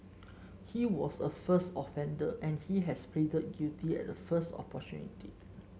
he was a first offender and he has pleaded guilty at the first opportunity